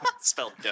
Spelled